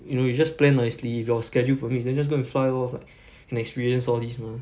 you know you just plan nicely if your schedule permits then just go and fly off like and experience all these mah